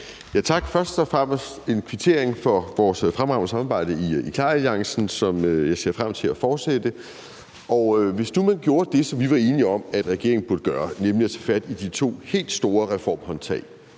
Tak. Først og fremmest en kvittering for vores fremragende samarbejde i KLAR-alliancen, som jeg ser frem til at fortsætte. Hvis man nu gjorde det, som vi var enige om at regeringen burde gøre, nemlig at tage fat i de to helt store reformhåndtag,